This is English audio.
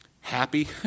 happy